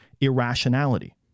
irrationality